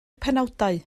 penawdau